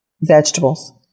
vegetables